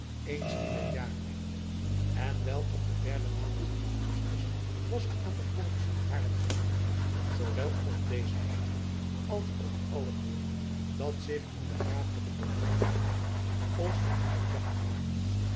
eens in het jaar echter en wel op den derden maandag in augustus was het aan de poorters van haarlem vergund zoowel op deze herten als op al het wild dat zich in de grafelijke domeinen bevond onverhinderd jacht te maken